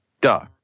Duh